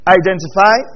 identify